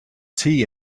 tea